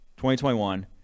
2021